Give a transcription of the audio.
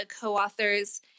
co-authors